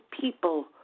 people